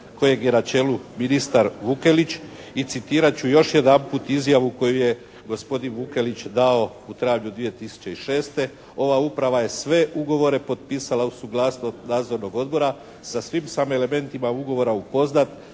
kojeg je na čelu ministar Vukelić i citirat ću još jedanput izjavu koju je gospodin Vukelić dao u travnju 2006. "Ova uprava je sve ugovore potpisala uz suglasnost Nadzornog odbora. Sa svim sam elementima ugovora upoznat.